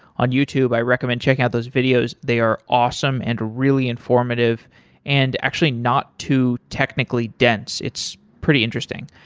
on youtube. i recommend checking out those videos. they are awesome and really informative and actually not too technically dense. it's pretty interesting.